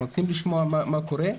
אנחנו רוצים לשמוע מה קורה,